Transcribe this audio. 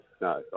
no